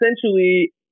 essentially